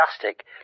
fantastic